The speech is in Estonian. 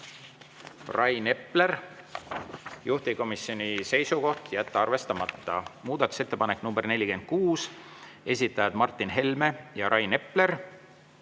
Rain Epler, juhtivkomisjoni seisukoht on jätta arvestamata. Muudatusettepanek nr 46, esitajad Martin Helme ja Rain Epler,